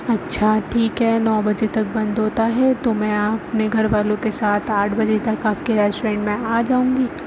اچھا ٹھیک ہے نو بجے تک بند ہوتا ہے تو میں اپنے گھر والوں کے ساتھ آٹھ بجے تک آپ کے ریسٹورینٹ میں آ جاؤں گی